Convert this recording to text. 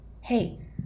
Hey